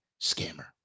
scammer